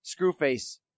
Screwface